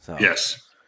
yes